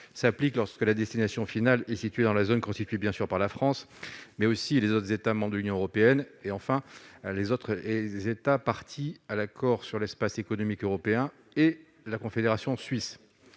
s'applique lorsque la destination finale est situé dans la zone constitue bien sûr par la France, mais aussi les autres États membres de l'Union européenne et enfin les autres et les États parties à l'accord sur l'Espace économique européen et la Confédération suisse